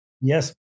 Yes